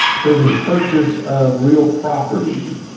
approving the purchase of real property.